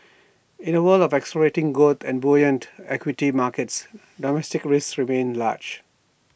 in A world of accelerating growth and buoyant equity markets domestic risks remain large